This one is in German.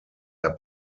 der